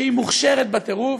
שהיא מוכשרת בטירוף,